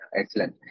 excellent